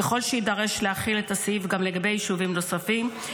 ככל שיידרש להחיל את הסעיף גם לגבי יישובים נוספים,